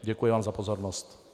Děkuji vám za pozornost.